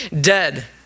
dead